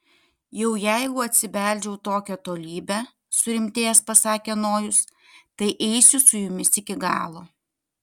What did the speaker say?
jau jeigu atsibeldžiau tokią tolybę surimtėjęs pasakė nojus tai eisiu su jumis iki galo